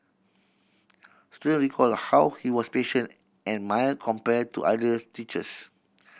student recalled how he was patient and mild compared to others teachers